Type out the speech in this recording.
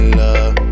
love